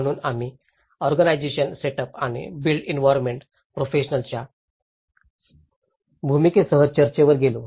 म्हणून आम्ही organisational setup आणि बिल्ड एंवीरोन्मेण्ट प्रोफेशनच्या भूमिकेसह चर्चेवर गेलो